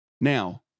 Now